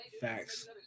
Facts